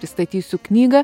pristatysiu knygą